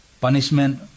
punishment